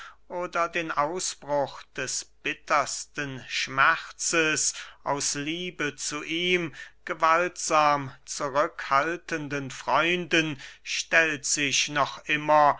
oder den ausbruch des bittersten schmerzes aus liebe zu ihm gewaltsam zurückhaltenden freunden stellt sich noch immer